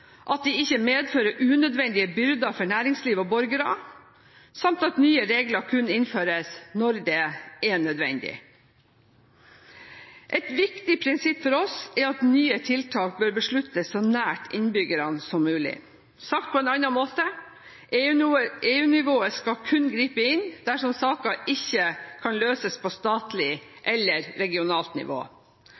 at de ikke medfører unødvendige byrder for næringsliv og borgere, samt at nye regler kun innføres når det er nødvendig. Et viktig prinsipp for oss er at nye tiltak bør besluttes så nært innbyggerne som mulig. Sagt på en annen måte: EU-nivået skal kun gripe inn dersom saker ikke kan løses på statlig eller regionalt nivå.